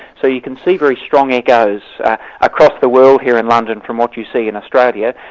so you can see very strong echoes across the world here in london from what you see in australia,